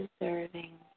deserving